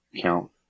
count